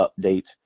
update